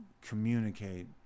communicate